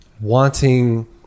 wanting